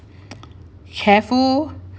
careful